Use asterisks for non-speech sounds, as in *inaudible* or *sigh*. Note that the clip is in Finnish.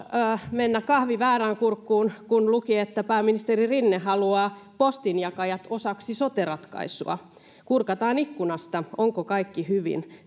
mennä väärään kurkkuun kun luki että pääministeri rinne haluaa postinjakajat osaksi sote ratkaisua kurkataan ikkunasta onko kaikki hyvin *unintelligible*